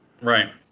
Right